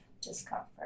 discomfort